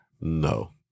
No